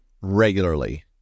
regularly